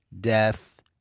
death